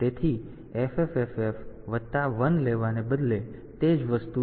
તેથી FFFF FF વત્તા 1 લેવાને બદલે તે જ વસ્તુ છે